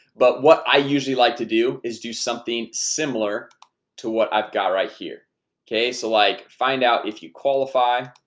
but what i usually like to do is do something similar to what i've got right here okay, so like find out if you qualify